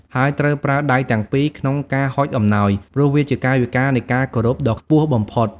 ហើយត្រូវប្រើដៃទាំងពីរ ក្នុងការហុចអំណោយ ព្រោះវាជាកាយវិការនៃការគោរពដ៏ខ្ពស់បំផុត។